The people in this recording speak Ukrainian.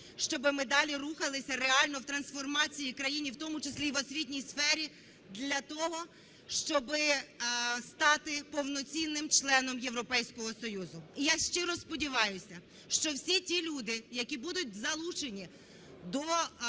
щоб ми далі рухалися реально в трансформації країни, в тому числі і в освітній сфері, для того, щоб стати повноцінним членом Європейського Союзу. І я щиро сподіваюся, що всі ті люди, які будуть залучені до